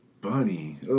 bunny